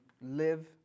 live